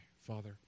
Father